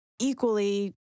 equally